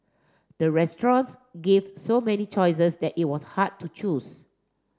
the restaurant gave so many choices that it was hard to choose